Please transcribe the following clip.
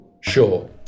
Sure